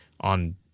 on